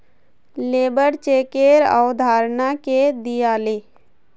labour चेकेर अवधारणा के दीयाले